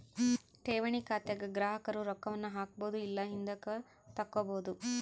ಠೇವಣಿ ಖಾತೆಗ ಗ್ರಾಹಕರು ರೊಕ್ಕವನ್ನ ಹಾಕ್ಬೊದು ಇಲ್ಲ ಹಿಂದುಕತಗಬೊದು